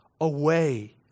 away